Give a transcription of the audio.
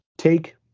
take